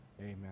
amen